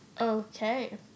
Okay